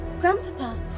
Grandpapa